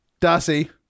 Darcy